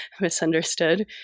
misunderstood